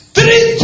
Three